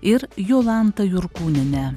ir jolanta jurkūniene